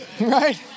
right